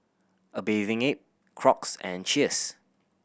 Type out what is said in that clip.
A Bathing Ape Crocs and Cheers